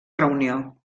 reunió